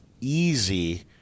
easy